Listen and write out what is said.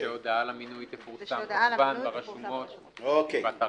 כשהודעה על המינוי תפורסם כמובן ברשומות ובאתר